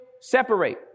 separate